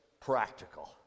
practical